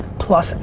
plus,